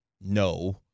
No